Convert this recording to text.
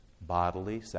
Bodily